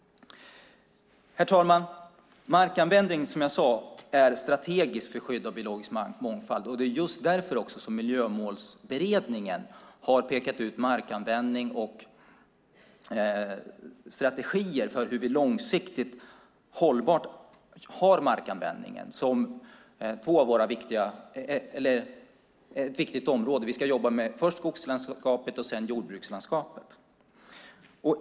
Herr talman! Markanvändning är strategisk för skydd av biologisk mångfald. Det är just därför som Miljömålsberedningen har pekat ut markanvändning och strategier för hur vi långsiktigt och hållbart använder marken som ett viktigt område. Vi ska jobba med först skogslandskapet och sedan jordbrukslandskapet.